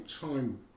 time